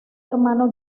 hermano